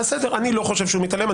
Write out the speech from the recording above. אני לא חושב שהוא מתעלם.